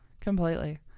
completely